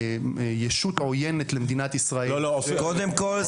ישות עוינת למדינת ישראל --- קודם כול,